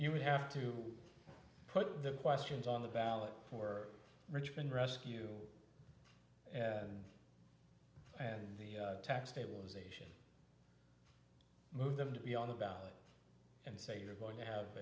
would have to put the questions on the ballot for richmond rescue and and the tax stabilization move them to be on the ballot and say you're going to have